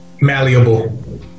malleable